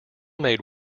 made